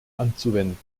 anzuwenden